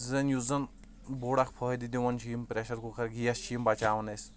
زَن یُس زَن بوٚڈ اَکھ فٲیدٕ دِوان چھِ یِم پرٚیشَر کُکَر گیس چھ یِم بَچاوان اسہِ